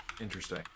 Interesting